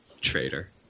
traitor